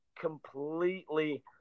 completely